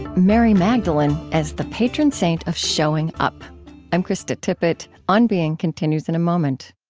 mary magdalene as the patron saint of showing up i'm krista tippett. on being continues in a moment